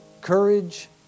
courage